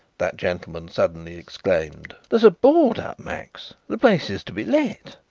that gentleman suddenly exclaimed, there's a board up, max. the place is to be let.